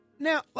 Now